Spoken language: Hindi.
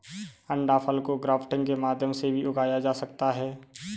अंडाफल को ग्राफ्टिंग के माध्यम से भी उगाया जा सकता है